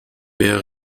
wer